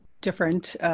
different